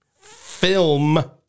Film